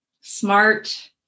Smart